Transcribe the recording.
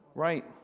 Right